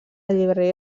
llibreria